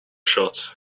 shots